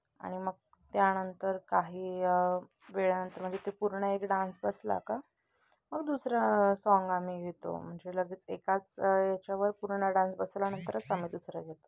आणि मग त्यानंतर काही वेळानंतर म्हणजे ते पूर्ण एक डान्स बसला का मग दुसरा साँग आम्ही घेतो म्हणजे लगेच एकाच याच्यावर पूर्ण डान्स बसल्यानंतरच आम्ही दुसरा घेतो